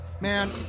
Man